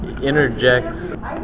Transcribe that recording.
interjects